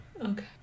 Okay